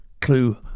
Clue